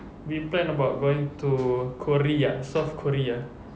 we planned about going to korea south korea